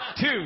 two